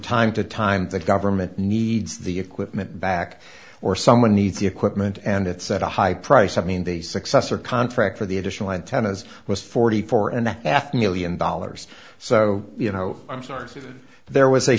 time to time the government needs the equipment back or someone needs the equipment and it's at a high price i mean the successor contract for the additional antennas was forty four and a half million dollars so you know i'm sorry there was a